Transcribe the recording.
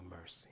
mercy